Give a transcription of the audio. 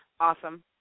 awesome